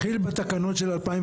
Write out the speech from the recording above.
זה התחיל בתקנות של 2016,